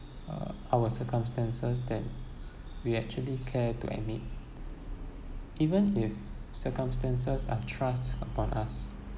uh our circumstances than we actually care to admit even if circumstances are thrust upon us